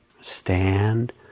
stand